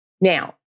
Now